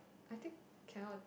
I think cannot